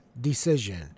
Decision